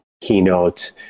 keynote